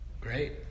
Great